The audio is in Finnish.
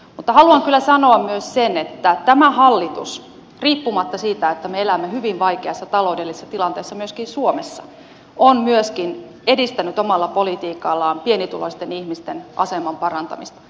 mutta haluan kyllä sanoa myös sen että tämä hallitus riippumatta siitä että me elämme hyvin vaikeassa taloudellisessa tilanteessa myöskin suomessa on myöskin edistänyt omalla politiikallaan pienituloisten ihmisten aseman parantamista